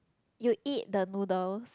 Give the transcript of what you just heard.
you eat the noodles